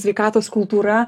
sveikatos kultūra